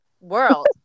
world